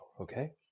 Okay